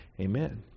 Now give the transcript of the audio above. amen